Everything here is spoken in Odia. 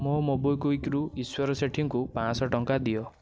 ମୋ ମୋବିକ୍ଵିକ୍ ରୁ ଈଶ୍ୱର ସେଠୀଙ୍କୁ ପାଞ୍ଚଶହ ଟଙ୍କା ଦିଅ